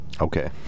Okay